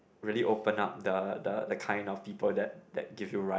really open up the the the kind of people that that give you read